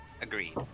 Agreed